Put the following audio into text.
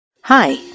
Hi